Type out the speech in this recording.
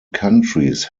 countries